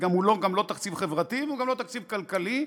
הוא גם לא תקציב חברתי והוא גם לא תקציב כלכלי,